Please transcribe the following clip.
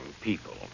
people